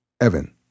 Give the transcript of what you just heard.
Evan